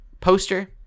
poster